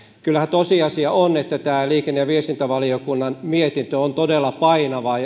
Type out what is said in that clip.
kyllähän tosiasia on että tämä liikenne ja viestintävaliokunnan mietintö on todella painava